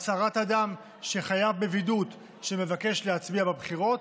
הצהרת אדם שחייב בבידוד שמבקש להצביע בבחירות,